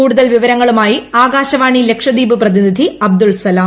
കൂടുതൽ വിവരങ്ങളുമായി ആകാശവാണി ലക്ഷദ്വീപ് പ്രതിനിധി അബ്ദുൾ സലാം